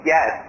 Yes